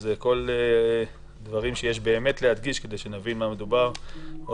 אז הדברים שיש להדגיש כדי שנבין במה מדובר או